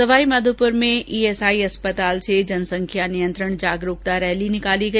सवाई माधोपुर में ईएसआई अस्पताल से जनसंख्या नियंत्रण जागरूकता रैली का आयोजन किया गया